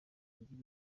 yagize